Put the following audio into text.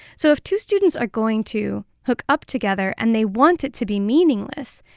so if two students are going to hook up together and they want it to be meaningless,